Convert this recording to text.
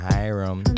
Hiram